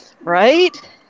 Right